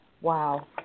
Wow